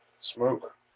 smoke